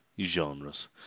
Genres